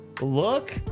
look